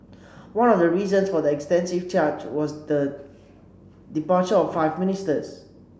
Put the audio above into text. one of the reasons for the extensive change was the departure of five ministers